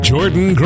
Jordan